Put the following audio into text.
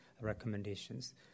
recommendations